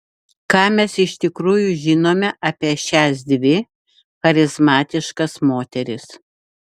ką mes iš tikrųjų žinome apie šias dvi charizmatiškas moteris